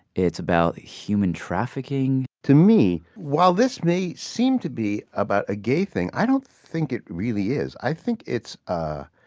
it's about human-trafficking to me, while this may seem to be about a gay thing, i don't think it really is. i think it's a,